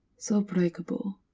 so breakable.